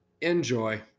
Enjoy